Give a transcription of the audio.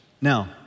Now